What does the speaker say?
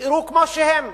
נשארו כמו שהם.